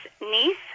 niece